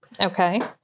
Okay